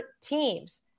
teams